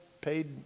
paid